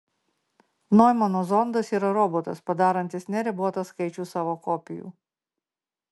noimano zondas yra robotas padarantis neribotą skaičių savo kopijų